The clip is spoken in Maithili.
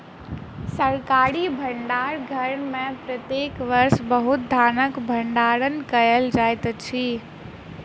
सरकारी भण्डार घर में प्रत्येक वर्ष बहुत धानक भण्डारण कयल जाइत अछि